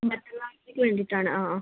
മറ്റന്നാളത്തേക്ക് വേണ്ടിയിട്ടാണ് ആ ആ